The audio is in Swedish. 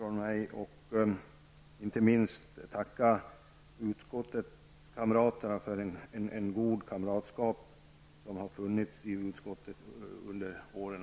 Inte minst vill jag tacka utskottskamraterna för det goda kamratskap som har funnits i utskottet under åren.